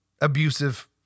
abusive